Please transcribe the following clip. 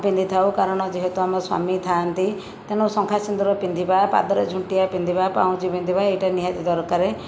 ପିନ୍ଧିଥାଉ କାରଣ ଯେହେତୁ ଆମ ସ୍ଵାମୀ ଥାନ୍ତି ତେଣୁ ଶଙ୍ଖା ସିନ୍ଦୁର ପିନ୍ଧିବା ପାଦରେ ଝୁଣ୍ଟିଆ ପିନ୍ଧିବା ପାଉଁଜି ପିନ୍ଧିବା ଏଇଟା ନିହାତି ଦରକାରେ